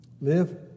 Live